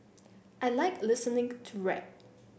I like listening to rap